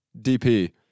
DP